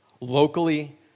locally